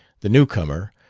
the new-comer,